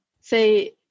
say